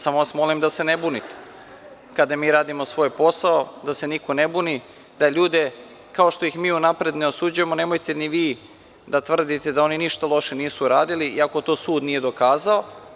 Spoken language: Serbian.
Samo vas molim da se ne bunite kada mi radimo svoj posao, da se niko ne buni, da ljude, kao što ih mi unapred ne osuđujemo, nemojte ni vi da tvrdite da oni ništa loše nisu uradili, iako to sud nije dokazao.